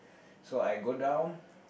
so I go down